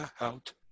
out